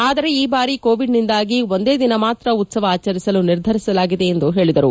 ಆದರೆ ಈ ಬಾರಿ ಕೋವಿಡ್ನಿಂದಾಗಿ ಒಂದೇ ದಿನ ಮಾತ್ರ ಉತ್ಪವ ಆಚರಿಸಲು ನಿರ್ಧರಿಸಲಾಗಿದೆ ಎಂದು ಹೇಳಿದರು